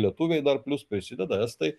lietuviai dar plius prisideda estai